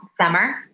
summer